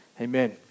amen